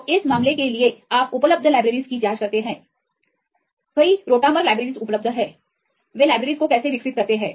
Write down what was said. तो इस मामले के लिए आप उपलब्ध लाइब्रेरीज के लिए जाँच करते हैं कि कई रोटामर लाइब्रेरीज उपलब्ध हैं वे लाइब्रेरीज को कैसे विकसित करते हैं